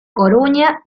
coruña